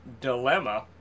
dilemma